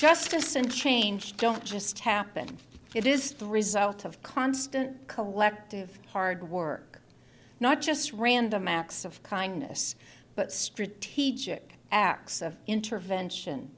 justice and change don't just happen it is the result of constant collective hard work not just random acts of kindness but strategic acts of intervention